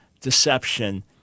deception